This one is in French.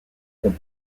font